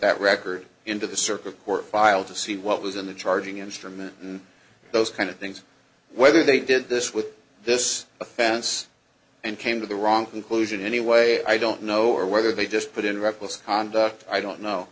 that record into the circuit court file to see what was in the charging instrument and those kind of things whether they did this with this offense and came to the wrong conclusion anyway i don't know or whether they just put in reckless conduct i don't know